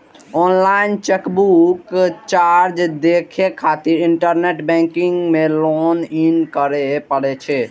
online checkbook charge देखै खातिर internet banking मे लॉग इन करै पड़ै छै